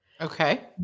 Okay